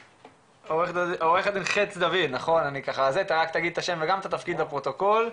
עו"ד חץ דוד, רק תאמר את תפקידך לפרוטוקול.